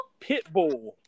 Pitbull